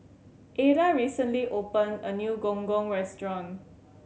Ada recently open a new Gong Gong restaurant